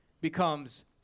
becomes